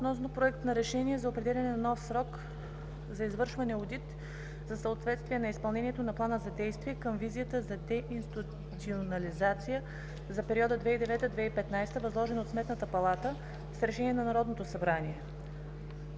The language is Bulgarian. Проект за решение за определяне на нов срок за извършване одит за съответствие на изпълнението на Плана за действие към Визията за деинституализация за периода 2009 - 2015 г., възложен на Сметната палата с Решение на Народното събрание